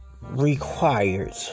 required